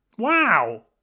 Wow